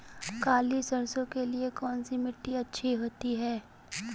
काली सरसो के लिए कौन सी मिट्टी अच्छी होती है?